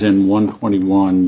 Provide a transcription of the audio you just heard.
in one twenty one